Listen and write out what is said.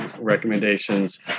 recommendations